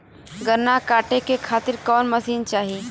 गन्ना कांटेके खातीर कवन मशीन चाही?